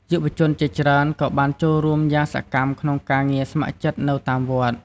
យុវជនជាច្រើនក៏បានចូលរួមយ៉ាងសកម្មក្នុងការងារស្ម័គ្រចិត្តនៅតាមវត្ត។